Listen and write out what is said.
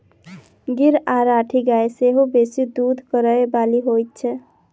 गीर आ राठी गाय सेहो बेसी दूध करय बाली होइत छै